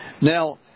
Now